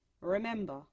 Remember